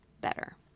better